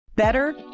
Better